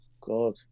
God